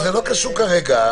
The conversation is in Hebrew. זה לא קשור כרגע.